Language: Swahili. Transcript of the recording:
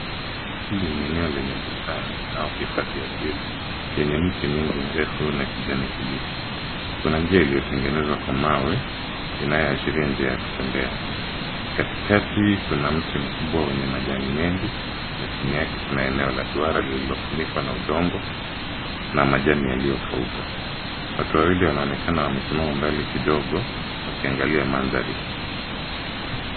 Hili ni eneo lenye bustani au hifadhi ya asili, yenye miti mingi mirefu na kijani kibichi. Kuna njia iliyo tengenezwa kwa mawe inayo ashiria njia ya kutembea. Katikati kuna mti mkubwa wenye majani mengi na chini yake kuna eneo la duara liliofunikwa na udongo na majani yaliyo kauka. Watu wawili wanaonekana wamesimama mbele kidogo wakiangalia mandhari.